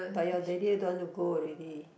but your daddy don't want to go already